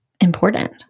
important